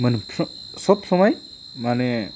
मोनफ्रोम सब समय माने